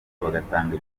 bagatanga